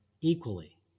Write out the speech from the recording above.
equally